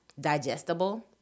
digestible